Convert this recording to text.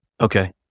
Okay